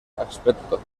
aspecto